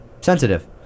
Sensitive